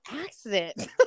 accident